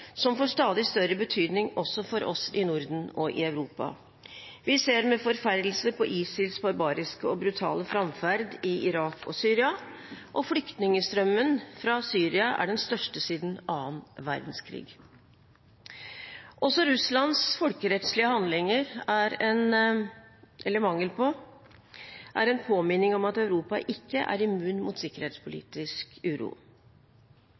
som får stadig større betydning også for oss i Norden og i Europa. Vi ser med forferdelse på ISILs barbariske og brutale framferd i Irak og Syria, og flyktningstrømmen fra Syria er den største siden annen verdenskrig. Også Russlands folkerettslige handlinger – eller mangel på – er en påminning om at Europa ikke er immun mot sikkerhetspolitisk uro.